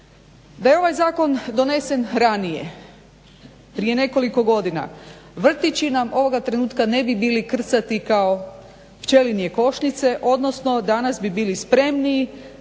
Da je ovaj zakon donesen ranije prije nekoliko godina vrtići nam ovog trenutka ne bi bili krcati kao pčelinje košnice odnosno danas bi bili spremniji